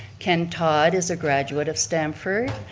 ken todd is a graduate of stamford.